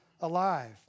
alive